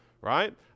right